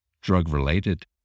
drug-related